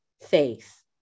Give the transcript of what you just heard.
faith